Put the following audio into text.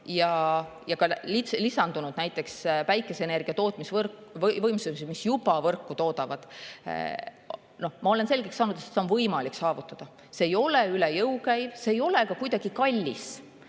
näiteks lisandunud päikeseenergia tootmisvõimsusi, mis juba võrku toodavad, olen selgeks saanud, et seda on võimalik saavutada. See ei ole üle jõu käiv, see ei ole ka kuidagi kallis.